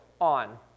on